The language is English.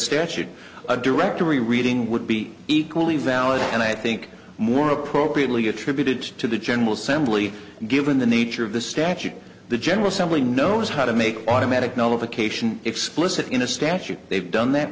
statute a directory reading would be equally valid and i think more appropriately attributed to the general assembly and given the nature of the statute the general assembly knows how to make automatic notification explicit in a statute they've done that